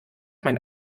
mein